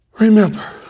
Remember